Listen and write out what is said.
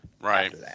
Right